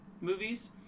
movies